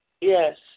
Yes